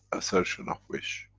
assertion of wish.